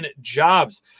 Jobs